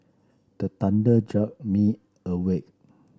the thunder jolt me awake